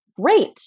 great